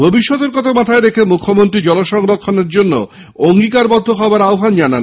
ভবিষ্যতের কথা মাথায় রেখে মুখ্যমন্ত্রী জল সংরক্ষণের জন্য অঙ্গীকারবদ্ধ হওয়ারও আহ্বান জানান